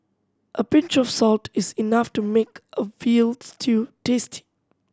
a pinch of salt is enough to make a veal stew tasty